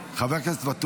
חבר הכנסת ינון, בקשה.